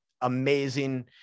Amazing